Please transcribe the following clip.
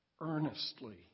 earnestly